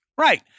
Right